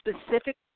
specific